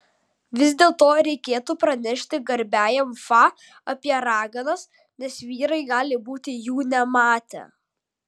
vis dėlto reikėtų pranešti garbiajam fa apie raganas nes vyrai gali būti jų nematę